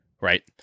Right